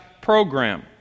program